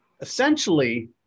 essentially